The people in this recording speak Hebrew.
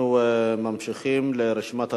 אנחנו ממשיכים לרשימת הדוברים.